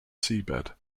seabed